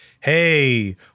Hey